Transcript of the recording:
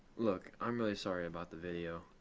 look, i'm really sorry about the video